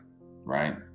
right